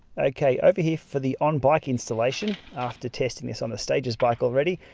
okay over here for the on bike installation after testing this on the stages bike already.